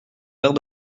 verre